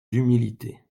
d’humilité